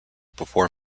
before